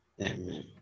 Amen